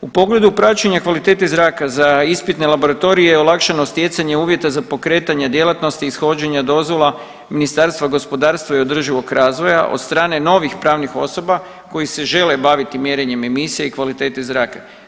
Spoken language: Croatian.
U pogledu praćenja kvalitete zraka za ispitne laboratorije je olakšano stjecanje uvjeta za pokretanja djelatnosti ishođenja dozvola Ministarstva gospodarstva i održivog razvoja od strane novih pravnih osoba koji se žele baviti mjerenjem emisija i kvalitete zraka.